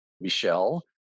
Michelle